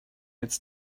its